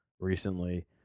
recently